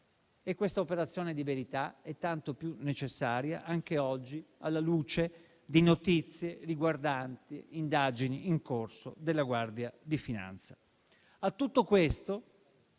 e questa operazione di verità è tanto più necessaria anche oggi, alla luce di notizie riguardanti indagini in corso della Guardia di finanza.